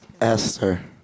Esther